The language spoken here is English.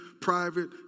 private